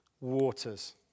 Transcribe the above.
waters